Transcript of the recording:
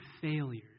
failures